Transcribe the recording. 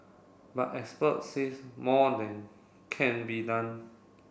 but experts says more can be done